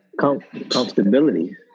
Comfortability